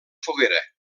foguera